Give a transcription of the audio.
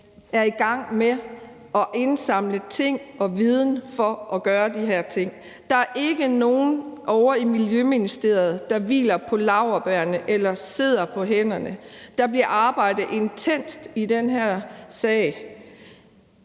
er i gang med at indsamle ting og viden for at kunne gøre det her. Der er ikke nogen ovre i Miljøministeriet, der hviler på laurbærrene eller sidder på hænderne. Der bliver arbejdet intenst i den her sag.